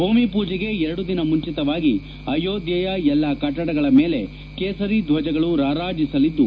ಭೂಮಿ ಪೂಜೆಗೆ ಎರಡು ದಿನ ಮುಂಚಿತವಾಗಿ ಅಯೋಧ್ಯೆಯ ಎಲ್ಲಾ ಕಟ್ಟಡಗಳ ಮೇಲೆ ಕೇಸರಿ ಧ್ವಜಗಳು ರಾರಾಜಿಸಲಿದ್ದು